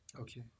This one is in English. Okay